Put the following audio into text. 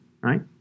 right